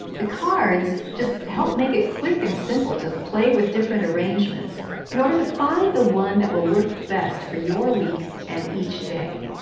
the cards just help make it quick and simple to play with different arrangements in order to find the one that will work best for your week and for each day.